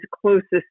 closest